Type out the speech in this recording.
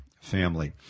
family